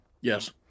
Yes